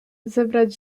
zebrać